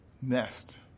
nest